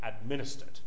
administered